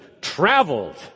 traveled